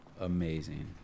amazing